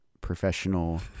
professional